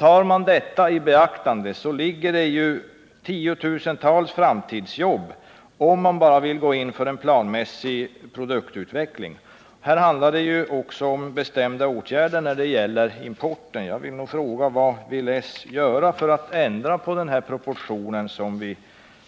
Tar man detta i beaktande kan man räkna med att det kan skapas tiotusentals framtidsjobb om man bara vill gå in för en planmässig produktutveckling. Här handlar det också om bestämda åtgärder vad gäller importen. Jag frågar: Vad vill socialdemokraterna göra för att ändra på de proportioner som